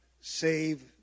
save